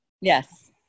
yes